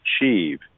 achieve